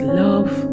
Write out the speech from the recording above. love